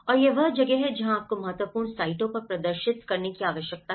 और यह वह जगह है जहां आपको महत्वपूर्ण साइटों पर प्रदर्शित करने की आवश्यकता है